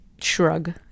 shrug